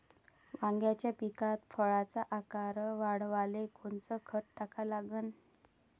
वांग्याच्या पिकात फळाचा आकार वाढवाले कोनचं खत टाका लागन?